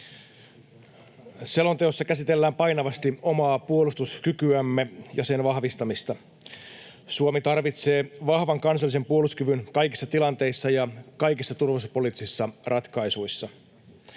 Selonteossa käsitellään painavasti omaa puolustuskykyämme ja sen vahvistamista. Suomi tarvitsee vahvan kansallisen puolustuskyvyn kaikissa tilanteissa ja kaikissa turvallisuuspoliittisissa ratkaisuissa.